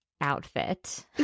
outfit